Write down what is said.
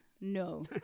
No